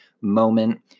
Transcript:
moment